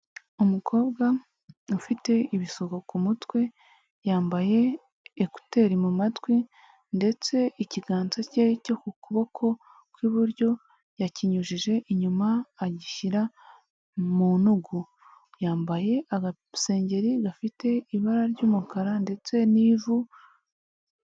Umukobwa ufite ibisuko ku mutwe, yambaye ekuteri mu matwi ndetse ikiganza cye cyo ku kuboko kw'iburyo yakinyujije inyuma agishyira mu ntugu, yambaye agasengeri gafite ibara ry'umukara ndetse n'ivu.